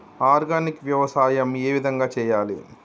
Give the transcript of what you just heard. Organic వ్యవసాయం ఏ విధంగా చేయాలి?